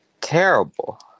Terrible